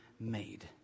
made